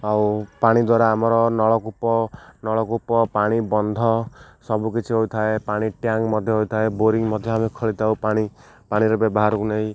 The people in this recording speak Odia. ଆଉ ପାଣି ଦ୍ୱାରା ଆମର ନଳକୂପ ନଳକୂପ ପାଣି ବନ୍ଧ ସବୁକିଛି ହୋଇଥାଏ ପାଣି ଟ୍ୟାଙ୍କ ମଧ୍ୟ ହୋଇଥାଏ ବୋରିଂ ମଧ୍ୟ ଆମେ ଖୋଲିଥାଉ ପାଣି ପାଣିର ବ୍ୟବହାରକୁ ନେଇ